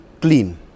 clean